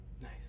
Nice